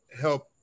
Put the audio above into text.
help